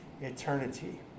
eternity